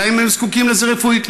אלא אם הם זקוקים לזה רפואית.